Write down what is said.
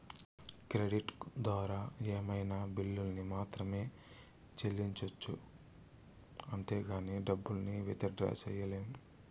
credit ద్వారా ఏమైనా బిల్లుల్ని మాత్రమే సెల్లించొచ్చు అంతేగానీ డబ్బుల్ని విత్ డ్రా సెయ్యలేం